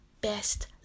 best